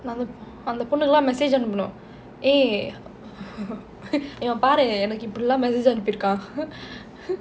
அந்த பொண்ணுக்கெல்லாம்:antha ponnukkellam message அனுப்பனும்:anuppanum eh இவன பாரு எனக்கு இப்படி எல்லாம்:ivana paaru enakku ippadi ellam message அனுப்பிருக்கான்:anuppirukkan